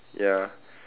ya